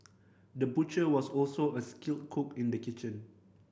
the butcher was also a skilled cook in the kitchen